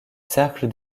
cercle